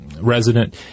resident